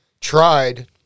tried